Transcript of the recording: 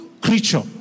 creature